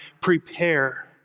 prepare